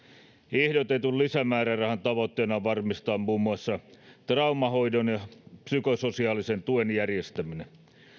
ehdotetun lisämäärärahan tavoitteena on varmistaa muun muassa traumahoidon ja psykososiaalisen tuen järjestäminen